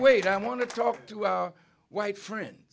wait i want to talk to our white friends